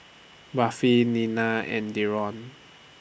Buffy Nina and Deron